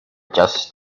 just